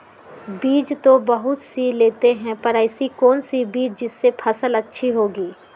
बीज तो बहुत सी लेते हैं पर ऐसी कौन सी बिज जिससे फसल अच्छी होगी?